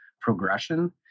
progression